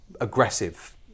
aggressive